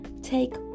Take